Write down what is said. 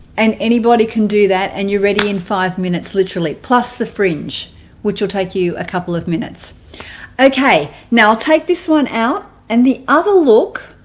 and anybody can do that and you're ready in five minutes literally plus the fringe which will take you a couple of minutes okay now i'll take this one out and the other look